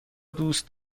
دوست